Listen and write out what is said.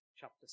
chapter